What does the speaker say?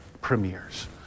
premieres